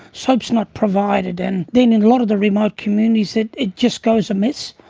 soap is not provided. and then in a lot of the remote communities it it just goes amiss.